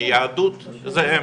שהיהדות זה הם,